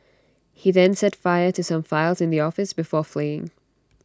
he then set fire to some files in the office before fleeing